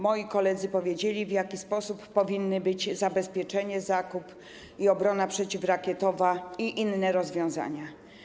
Moi koledzy powiedzieli, w jaki sposób to powinno być: zabezpieczenie, zakup, obrona przeciwrakietowa i inne rozwiązania.